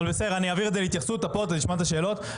אני אעביר את זה להתייחסות ונשמע את השאלות.